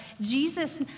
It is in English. Jesus